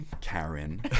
Karen